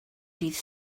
dydd